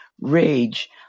rage